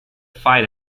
fight